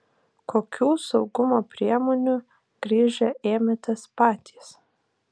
kokių saugumo priemonių grįžę ėmėtės patys